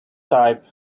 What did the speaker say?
type